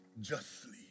justly